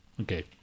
Okay